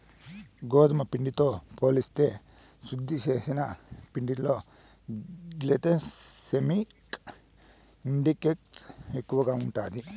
గోధుమ పిండితో పోలిస్తే శుద్ది చేసిన పిండిలో గ్లైసెమిక్ ఇండెక్స్ ఎక్కువ ఉంటాది